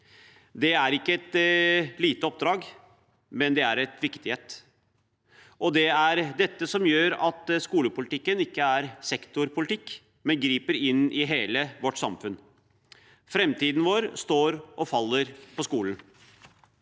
Det er ikke et lite oppdrag, men det er et viktig et. Og det er det som gjør at skolepolitikken ikke er sektorpolitikk, men griper inn i hele vårt samfunn. Framtiden vår står og faller på skolen.